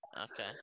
Okay